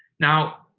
now,